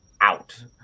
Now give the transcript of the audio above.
out